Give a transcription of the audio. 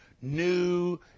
new